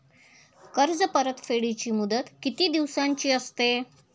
कर्ज परतफेडीची मुदत किती दिवसांची असते?